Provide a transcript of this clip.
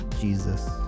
Jesus